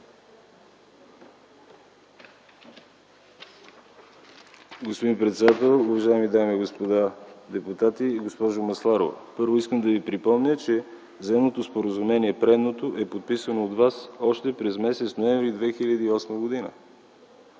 Господин председател, уважаеми дами и господа депутати, госпожо Масларова! Първо, искам да Ви припомня, че Заемното споразумение, предишното, е подписано от Вас още през м. ноември 2008 г.